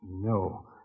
No